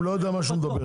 לא יודע מה שהוא מדבר?